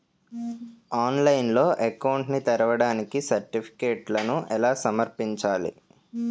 ఆన్లైన్లో అకౌంట్ ని తెరవడానికి సర్టిఫికెట్లను ఎలా సమర్పించాలి?